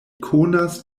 konas